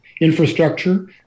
infrastructure